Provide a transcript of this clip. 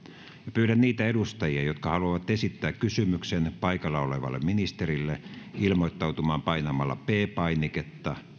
pyydän niitä edustajia jotka haluavat esittää kysymyksen paikalla olevalle ministerille ilmoittautumaan painamalla p painiketta